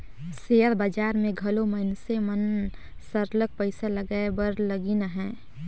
share बजार में घलो मइनसे मन सरलग पइसा लगाए बर लगिन अहें